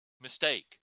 mistake